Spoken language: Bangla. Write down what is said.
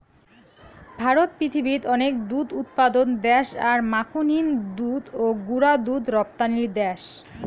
ভারত পৃথিবীত অনেক দুধ উৎপাদন দ্যাশ আর মাখনহীন দুধ ও গুঁড়া দুধ রপ্তানির দ্যাশ